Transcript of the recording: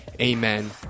Amen